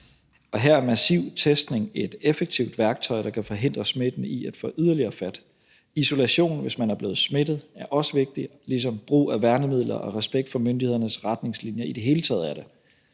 af. Her er massiv testning et effektivt værktøj, der kan forhindre smitten i at tage yderligere fat. Isolation, hvis man er blevet smittet, er også vigtigt, ligesom brug af værnemidler og respekt for myndighedernes retningslinjer i det hele taget er det.